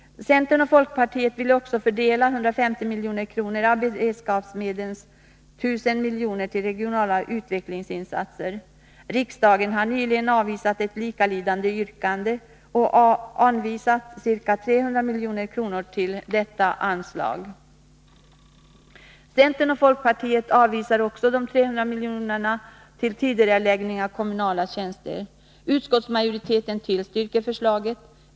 Centern och folkpartiet vill också fördela 150 milj.kr. av beredskapsmedlens 1 000 miljoner till regionala utvecklingsinsatser. Riksdagen har nyligen avvisat ett likalydande yrkande och anvisat ca 300 milj.kr. till detta anslag. Centern och folkpartiet avvisar också förslaget om 300 miljoner till tidigareläggning av kommunala tjänster. Utskottsmajoriteten tillstyrker förslaget om tidigareläggning.